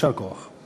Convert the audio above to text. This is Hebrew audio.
יישר כוח.